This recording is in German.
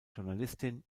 journalistin